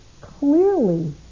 Clearly